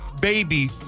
baby